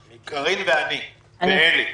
קארין, אני ואלי.